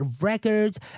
Records